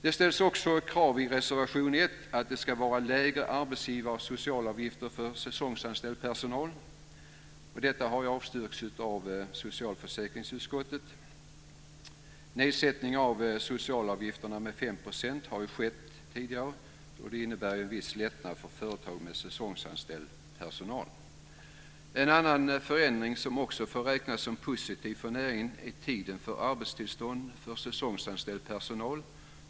Det ställs också krav i reservation 1 på att det ska vara lägre arbetsgivar och socialavgifter för säsongsanställd personal. Detta har ju avstyrkts av socialförsäkringsutskottet. En nedsättning av socialavgifterna med 5 % har skett tidigare, och det innebär en viss lättnad för företag med säsongsanställd personal. En annan förändring som också får räknas som positiv för näringen gäller tiden för arbetstillstånd för säsongsanställd personal.